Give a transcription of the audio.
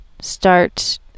start